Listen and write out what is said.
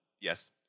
yes